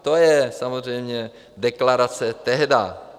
To je samozřejmě deklarace tehdy.